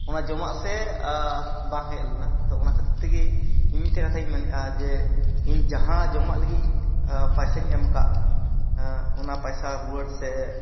ᱚᱱᱟ ᱡᱚᱢᱟᱜ ᱥᱮ ᱵᱟᱝ ᱦᱮᱡᱞᱮᱱᱟ ᱛᱳ ᱚᱱᱟ ᱠᱷᱟᱹᱛᱤᱨ ᱛᱮᱜᱮ ᱤᱧ ᱢᱤᱫᱴᱮᱡ ᱠᱟᱛᱷᱟᱧ ᱢᱮᱱᱮᱫᱼᱟ ᱡᱮ ᱤᱧ ᱡᱟᱦᱟᱸ ᱡᱚᱢᱟᱜ ᱞᱟᱹᱜᱤᱫᱤᱧ ᱯᱟᱭᱥᱟᱧ ᱮᱢᱟᱠᱟᱫ ᱚᱱᱟ ᱯᱟᱭᱥᱟ ᱨᱩᱣᱟᱹᱲ ᱥᱮ